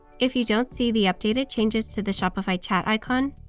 if you don't see the updated changes to the shopify chat icon,